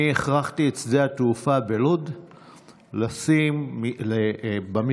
אני הכרחתי את שדה התעופה בלוד לשים במכרז